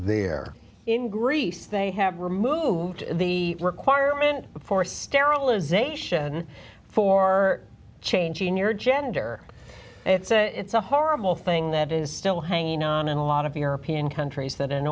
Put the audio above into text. there in greece they have removed the requirement for sterilization for changing your gender it's a it's a horrible thing that is still hanging on in a lot of european countries that in